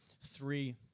three